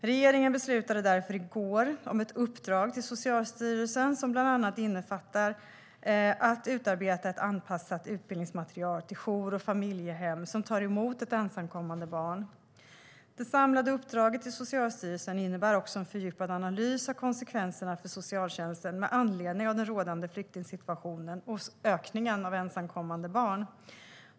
Regeringen beslutade därför i går om ett uppdrag till Socialstyrelsen som bland annat innefattar att man ska utarbeta ett anpassat utbildningsmaterial till jour och familjehem som tar emot ett ensamkommande barn. Det samlade uppdraget till Socialstyrelsen innebär också en fördjupad analys av konsekvenserna för socialtjänsten med anledning av den rådande flyktingsituationen och ökningen av ensamkommande barn.